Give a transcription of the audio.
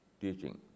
teaching